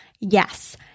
Yes